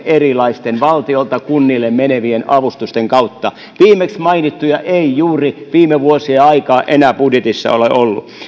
erilaisten harkinnanvaraisten valtiolta kunnille menevien avustusten kautta viimeksi mainittuja ei juuri viime vuosien aikana enää budjetissa ole ollut